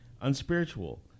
unspiritual